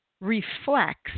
reflects